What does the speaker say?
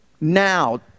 Now